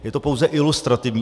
Je to pouze ilustrativní.